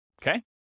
okay